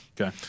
Okay